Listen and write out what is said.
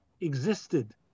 existed